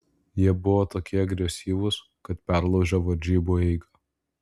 jie buvo tokie agresyvūs kad perlaužė varžybų eigą